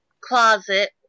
closet